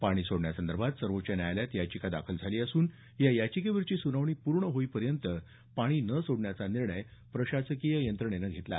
पाणी सोडण्यासंदर्भात सर्वोच्च न्यायालयात याचिका दाखल झाली असून या याचिकेवरची सुनावणी पूर्ण होईपर्यंत पाणी न सोडण्याचा निर्णय प्रशासकीय यंत्रणेनं घेतला